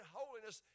holiness